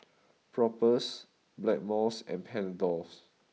Propass Blackmores and Panadols